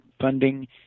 funding